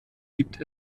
gibt